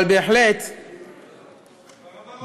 אבל בהחלט, ביטן?